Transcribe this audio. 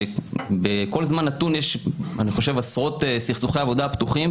שאני חושב שבכל זמן נתון יש עשרות סכסוכי עבודה פתוחים